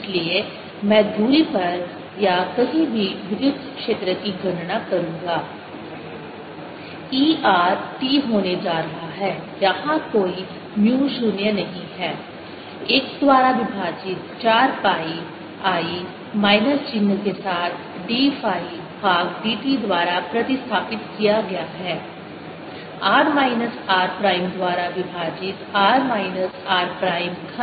इसलिए मैं धुरी पर या कहीं भी विद्युत क्षेत्र की गणना करूंगा E r t होने जा रहा है यहाँ कोई म्यू 0 नहीं है 1 द्वारा विभाजित 4 पाई I माइनस चिह्न के साथ d फ़ाई भाग dt द्वारा प्रतिस्थापित किया गया है r माइनस r प्राइम द्वारा विभाजित r माइनस r प्राइम घन dl पर समाकलित